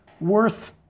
worth